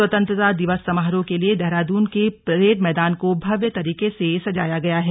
स्वतंत्रता दिवस समारोह के लिए देहरादून का परेड मैदान को भव्य तरीके से सजाया गया है